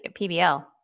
PBL